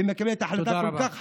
ומקבלת החלטה כל כך חמורה,